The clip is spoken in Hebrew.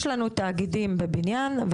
יש לנו תאגידים בבניין,